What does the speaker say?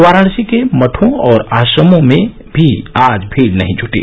वाराणसी के मठों और आश्रमों में भी आज भीड़ नहीं जुटी